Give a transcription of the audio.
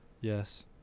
Yes